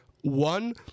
One